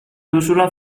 duzula